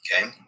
Okay